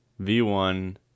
v1